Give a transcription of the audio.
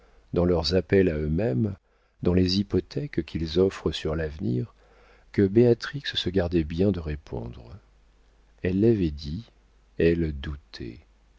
dans leurs appels à eux-mêmes dans les hypothèques qu'ils offrent sur l'avenir que béatrix se gardait bien de répondre elle l'avait dit elle doutait